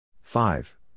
five